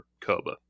Koba